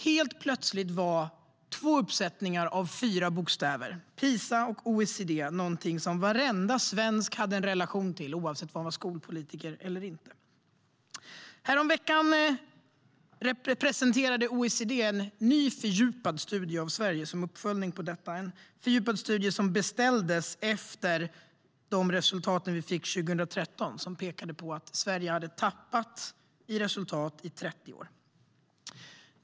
Helt plötsligt var två uppsättningar av fyra bokstäver, PISA och OECD, något som varenda svensk hade en relation till, oavsett om man var skolpolitiker eller inte. Häromveckan presenterade OECD en ny, fördjupad studie av Sverige som en uppföljning av detta. Den fördjupade studien beställdes efter att vi 2013 fick de resultat som pekade på att Sverige hade tappat i 30 år.